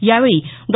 यावेळी डॉ